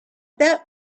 that